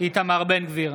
איתמר בן גביר,